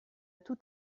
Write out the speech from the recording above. tout